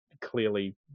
clearly